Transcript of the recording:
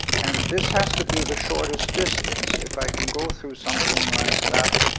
and this has to be the shortest distance, if i can go through something like that,